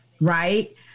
right